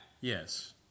Yes